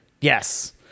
Yes